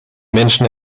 menschen